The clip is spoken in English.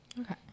Okay